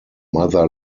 mother